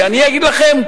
ואני אגיד לכם,